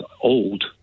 old